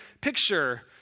picture